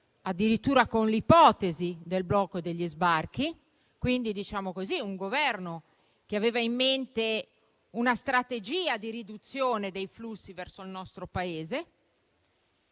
addirittura con l'ipotesi del blocco degli sbarchi e quindi con un Governo che aveva in mente una strategia di riduzione dei flussi verso il nostro Paese;